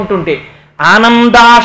Ananda